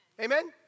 Amen